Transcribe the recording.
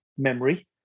memory